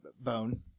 Bone